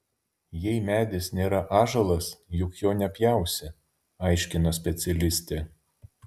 jei medis nėra ąžuolas juk jo nepjausi aiškino specialistė